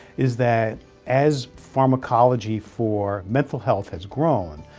is that as pharmacology for mental health has grown,